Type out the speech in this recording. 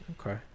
Okay